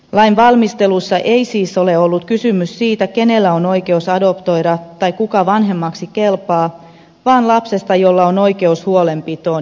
lain valmistelussa ei siis ole ollut kysymys siitä kenellä on oikeus adoptoida tai kuka vanhemmaksi kelpaa vaan lapsesta jolla on oikeus huolenpitoon ja vanhempiin